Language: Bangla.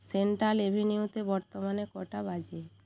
সেন্ট্রাল অ্যাভিনিউতে বর্তমানে কটা বাজে